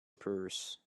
purse